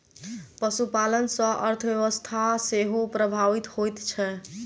पशुपालन सॅ अर्थव्यवस्था सेहो प्रभावित होइत छै